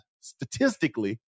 statistically